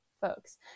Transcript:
folks